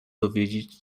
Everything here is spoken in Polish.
dowiedzieć